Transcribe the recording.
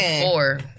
four